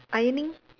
ironing